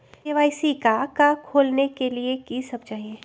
KYC का का खोलने के लिए कि सब चाहिए?